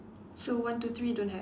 so one two three don't have